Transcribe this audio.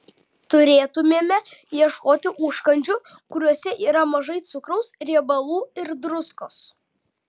turėtumėme ieškoti užkandžių kuriuose yra mažai cukraus riebalų ir druskos